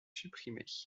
supprimée